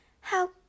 How